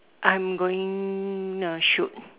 I'm gonna shoot